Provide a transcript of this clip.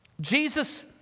Jesus